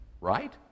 right